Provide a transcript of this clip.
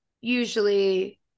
usually